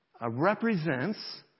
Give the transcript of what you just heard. represents